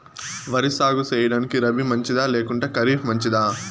వరి సాగు సేయడానికి రబి మంచిదా లేకుంటే ఖరీఫ్ మంచిదా